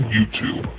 YouTube